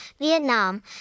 Vietnam